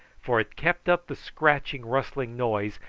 for it kept up the scratching rustling noise,